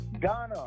Ghana